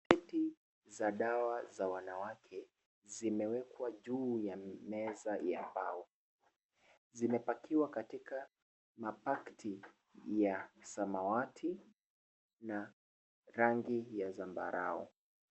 Paketi za dawa za wanawake zimewekwa juu ya meza ya mbao. Zimepakiwa katika mapakiti ya samawati na rangi ya zambarau.